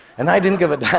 and i didn't give a damn,